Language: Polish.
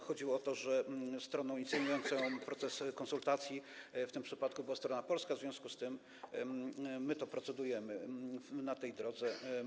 Chodziło o to, że stroną inicjującą proces konsultacji w tym przypadku była strona polska, w związku z tym my to procedujemy na tej drodze.